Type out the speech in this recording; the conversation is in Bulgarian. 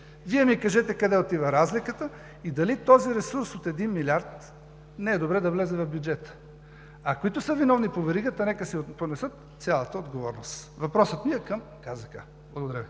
Вие ми кажете къде отива разликата и дали този ресурс от един милиард не е добре да влезе в бюджета? А които са виновни по веригата нека си понесат цялата отговорност. Въпросът ми е към КЗК. Благодаря Ви.